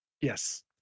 yes